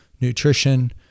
nutrition